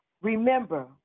remember